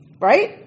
Right